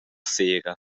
sera